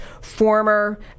former